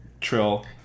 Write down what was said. Trill